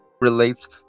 relates